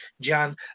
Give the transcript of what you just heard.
John